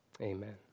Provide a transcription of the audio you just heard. amen